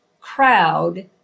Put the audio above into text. crowd